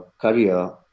career